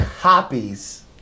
copies